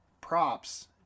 props